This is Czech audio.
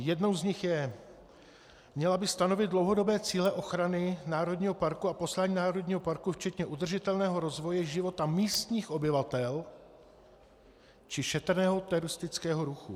Jednou z nich je měla by stanovit dlouhodobé cíle ochrany národního parku a poslání národního parku včetně udržitelného rozvoje života místních obyvatel či šetrného turistického ruchu.